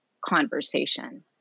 conversation